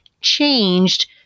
changed